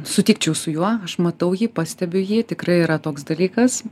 sutikčiau su juo aš matau jį pastebiu jį tikrai yra toks dalykas